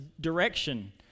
direction